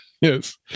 yes